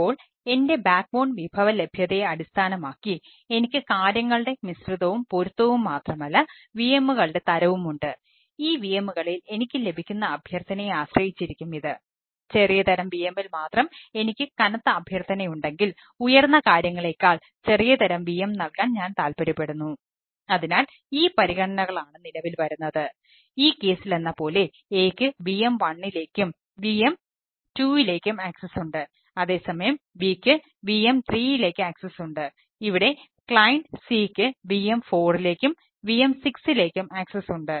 ഇപ്പോൾ എന്റെ backbone ഉണ്ട്